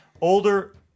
older